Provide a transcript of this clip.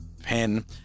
pen